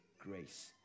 grace